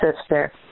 sister